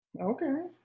Okay